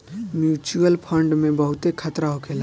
mutual fund में बहुते खतरा होखेला